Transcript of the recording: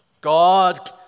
God